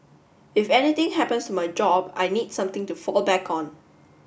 if anything happens to my job I need something to fall back on